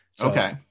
Okay